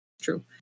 true